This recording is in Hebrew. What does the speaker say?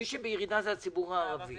מי שבירידה זה הציבור הערבי.